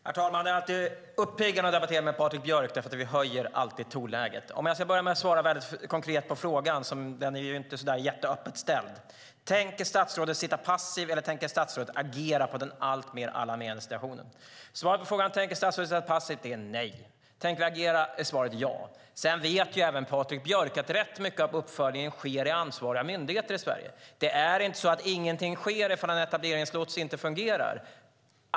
Herr talman! Det är alltid uppiggande att debattera med Patrik Björck. Det höjer tonläget. Jag börjar med att svara konkret på frågan, även om den inte är så öppet ställd. Tänker statsrådet sitta passiv, eller tänker statsrådet agera på den alltmer alarmerande situationen? Svaret på frågan om statsrådet tänker sitta passiv är: Nej. Tänker vi agera? Svaret är: Ja. Sedan vet även Patrik Björck att mycket av uppföljningen sker inom ansvariga myndigheter i Sverige. Det är inte så att ingenting sker ifall en etableringslots inte fungerar.